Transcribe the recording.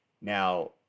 now